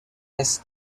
est